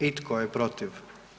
I tko je protiv?